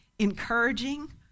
encouraging